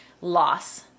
loss